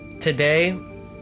today